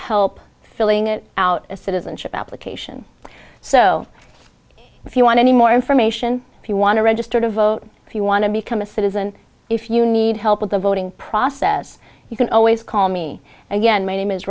help filling it out a citizenship application so if you want any more information if you want to register to vote if you want to become a citizen if you need help with the voting process you can always call me again my name is